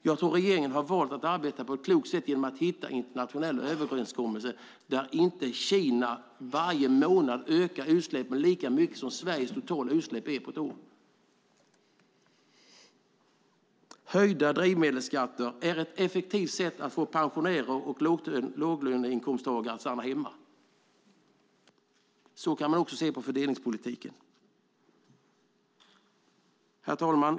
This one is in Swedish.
Jag tror att regeringen har valt att arbeta på ett klokt sätt genom att hitta en internationell överenskommelse som innebär att Kina inte varje månad ska kunna öka sina utsläpp i en omfattning motsvarande Sveriges totala utsläpp under ett helt år. Höjda drivmedelsskatter är ett effektivt sätt att få pensionärer och låginkomsttagare att stanna hemma. Så kan man också se på fördelningspolitiken. Herr talman!